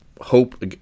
hope